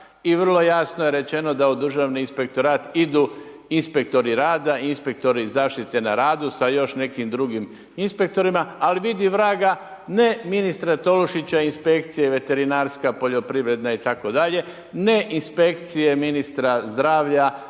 i vrlo jasno je rečeno da u državni inspektorat idu inspektori rada, inspektori zaštite na radu sa još nekim drugim inspektorima, ali vidi vraga ne, ministra Tolušića inspekcija veterinarska, poljoprivredna itd., ne inspekcije ministra zdravlja,